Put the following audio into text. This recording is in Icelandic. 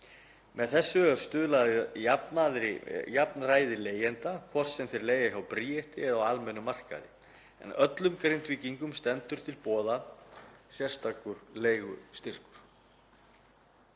Með þessu er stuðlað að jafnræði leigjenda, hvort sem þeir leigja hjá Bríeti eða á almennum markaði, en öllum Grindvíkingum stendur til boða sérstakur leigustyrkur.